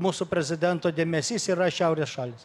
mūsų prezidento dėmesys yra šiaurės šalys